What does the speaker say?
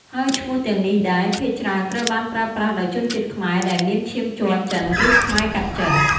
ហើយឈ្មោះទាំងនេះដែរ ភាគច្រើនត្រូវបានប្រើប្រាស់ដោយជនជាតិខ្មែរដែលមានឈាមជ័រចិន ឬខ្មែរកាត់ចិន។